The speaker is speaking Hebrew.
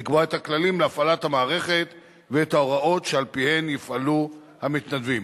לקבוע את הכללים להפעלת המערכת ואת ההוראות שעל-פיהן יפעלו המתנדבים.